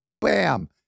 bam